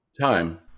time